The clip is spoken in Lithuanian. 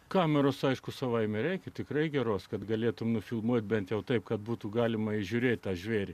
kameros aišku savaime reikia tikrai geros kad galėtumei nufilmuoti bent jau taip kad būtų galima įžiūrėti tą žvėrį